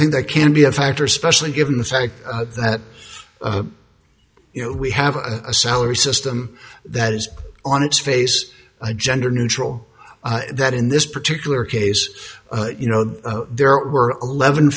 think that can be a factor especially given the fact that you know we have a salary system that is on its face a gender neutral that in this particular case you know there were eleven